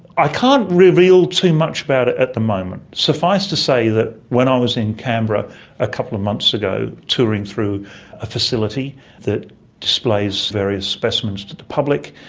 i can't reveal too much about it at the moment. suffice to say that when i was in canberra a couple of months ago touring through a facility that displays various specimens to the public,